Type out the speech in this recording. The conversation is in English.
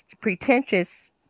pretentious